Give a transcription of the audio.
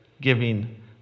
giving